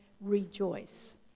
rejoice